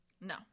No